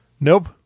Nope